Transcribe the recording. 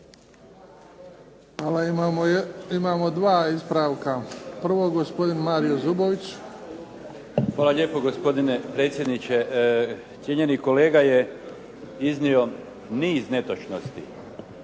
Imamo dva ispravka. Prvo gospodin Mario Zubović. **Zubović, Mario (HDZ)** Hvala lijepo, gospodine predsjedniče. Cijenjeni kolega je iznio niz netočnosti